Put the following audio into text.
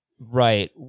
Right